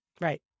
Right